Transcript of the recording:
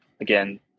again